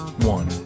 One